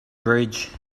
bridge